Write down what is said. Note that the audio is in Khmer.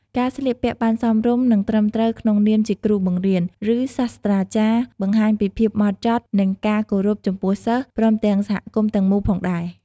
ការស្លៀកពាក់់បានសមរម្យ និង ត្រឹមត្រូវក្នុងនាមជាគ្រូបង្រៀន ឬសាស្ត្រាចារ្យបង្ហាញពីភាពហ្មត់ចត់ និង ការគោរពចំពោះសិស្ស ព្រមទាំងសហគមន៍ទាំងមូលផងដែរ។